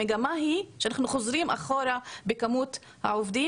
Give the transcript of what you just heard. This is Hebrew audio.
המגמה היא שאנחנו חוזרים אחורה בכמות העובדים,